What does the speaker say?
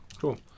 cool